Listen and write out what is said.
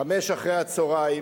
חמש אחרי-הצהריים,